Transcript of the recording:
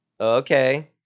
Okay